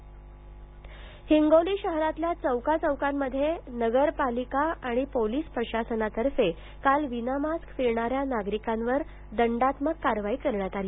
हिंगोली हिंगोली शहरातल्या चौकाचौकांमध्ये नगरपालिका आणि पोलीस प्रशासनातर्फे काल विनामास्क फिरणा या नागरिकावर दंडात्मक कारवाई करण्यात आली